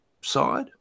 side